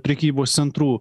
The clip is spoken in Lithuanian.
prekybos centrų